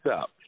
up